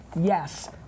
yes